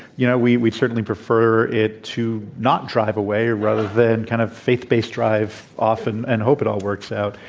you know, we'd we'd certainly prefer it to not drive away rather than kind of faith-based drive off and and hope it all works out.